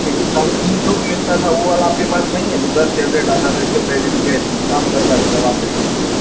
देखिए साढ़े तीन सौ का मिलता था वो वाला आपके पास नहीं है जो दस टैबलेट आता था इससे पहले जो काम करता था दवा के रिलेटेड